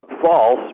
false